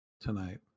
tonight